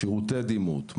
שירותי דימות,